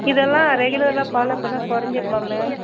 இதெல்லாம் ரெகுலராக ஃபாலோ பண்ணா குறஞ்சிருமா மேம்